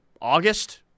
August